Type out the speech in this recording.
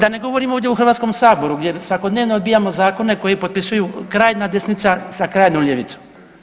Da ne govorim ovdje u Hrvatskom saboru gdje svakodnevno odbijamo zakone koje potpisuju krajnja desnica sa krajnjom ljevicom.